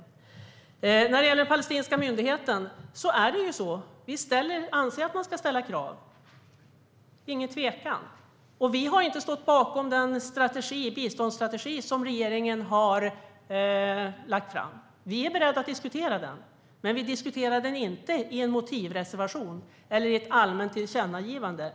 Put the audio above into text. När det gäller den palestinska myndigheten anser vi tveklöst att man ska ställa krav. Vi har inte ställt oss bakom den biståndsstrategi som regeringen har lagt fram. Vi är beredda att diskutera den, men vi gör det inte i en motivreservation eller i ett allmänt tillkännagivande.